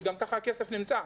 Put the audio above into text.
כי גם כך הכסף נמצא,